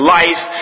life